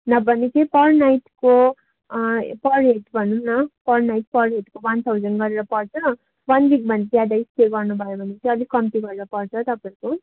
न भने चाहिँ पर नाइटको पर हेड भनौँ न पर नाइटको पर हेडको वान थाउजन्ड गरेर पर्छ वान विक भन्दा ज्यादा स्टे गर्नु भयो भने चाहिँ अलिक कम्ती गरेर पर्छ तपाईँहरूको